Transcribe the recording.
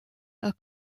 are